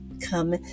come